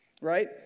right